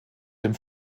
dem